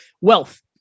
Wealth